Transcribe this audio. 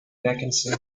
vacancy